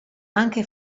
anche